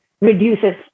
reduces